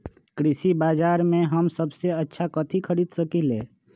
कृषि बाजर में हम सबसे अच्छा कथि खरीद सकींले?